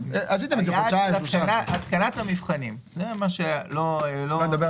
שזה החודש שבו תפסיק הנפקת אגרות חוב